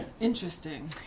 Interesting